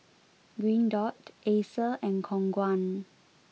Green dot Acer and Khong Guan